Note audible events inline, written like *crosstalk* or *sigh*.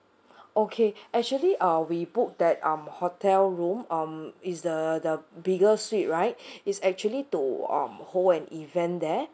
okay *breath* actually uh we booked that um hotel room um is the the bigger suite right *breath* is actually to um hold an event there